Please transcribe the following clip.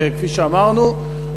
כפי שאמרנו,